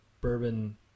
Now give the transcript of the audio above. bourbon